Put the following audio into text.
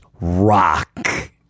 rock